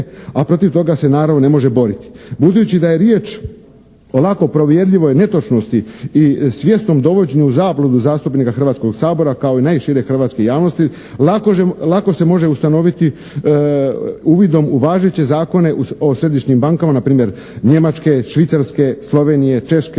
a protiv toga se naravno ne može boriti. Budući da je riječ o ovako povjerljivoj netočnosti i svjesnom dovođenju u zabludu zastupnika Hrvatskog sabora kao i najšire hrvatske javnosti lako se može ustanoviti uvidom u važeće zakone o središnjim bankama, na primjer Njemačke, Švicarske, Slovenije, Češke,